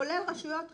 כולל רשויות רחוקות?